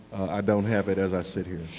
i don't have it as i sit here.